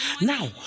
Now